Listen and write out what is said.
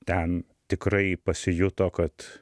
ten tikrai pasijuto kad